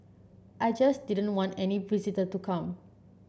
I just didn't want any visitor to come